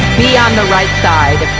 be on the right side